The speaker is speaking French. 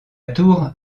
tour